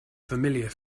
familiar